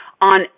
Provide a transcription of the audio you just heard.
on